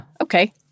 okay